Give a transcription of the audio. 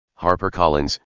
HarperCollins